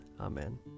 Amen